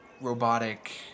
robotic